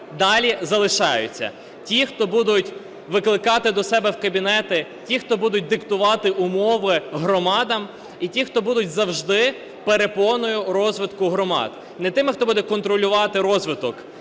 далі залишаються. Ті, хто будуть викликати до себе в кабінети, ті, хто будуть диктувати умови громадам, і ті, хто будуть завжди перепоною розвитку громад. Не тими, хто буде контролювати розвиток,